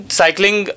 cycling